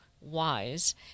wise